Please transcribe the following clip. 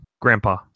Grandpa